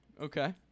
Okay